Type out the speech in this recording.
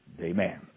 Amen